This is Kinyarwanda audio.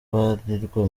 babarirwa